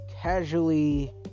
casually